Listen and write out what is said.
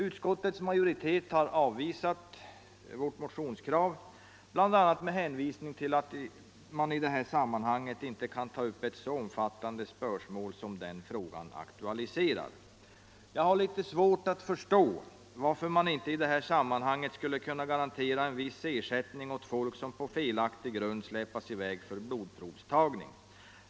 Utskottets majoritet har avvisat vårt motionskrav, bl.a. med hänvisning till att man i det här sammanhanget inte kan ta upp ett så omfattande spörsmål som det frågan aktualiserar. Jag har litet svårt att förstå varför man inte i detta sammanhang skulle kunna garantera en viss ersättning åt folk som på felaktig grund släpas i väg för blodprovstagning.